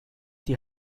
die